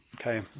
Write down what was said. Okay